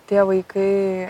tie vaikai